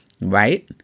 right